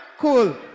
Cool